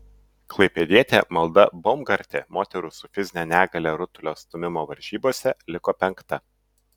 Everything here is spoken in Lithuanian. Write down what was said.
klaipėdietė malda baumgartė moterų su fizine negalia rutulio stūmimo varžybose liko penkta